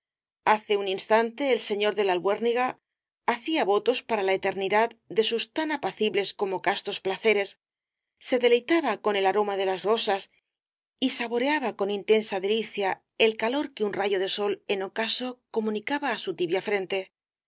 hace un instante el señor de la albuérniga hacía votos por la eternidad de sus tan apacibles como castos placeres se deleitaba con el aroma de las rosas y saboreaba con intensa delicia el calor que un rayo de sol en ocaso comunicaba á su tibia frente